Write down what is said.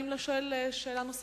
האם לשואל יש שאלה נוספת?